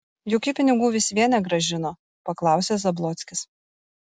juk ji pinigų vis vien negrąžino paklausė zablockis